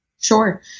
sure